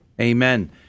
Amen